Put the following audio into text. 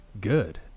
good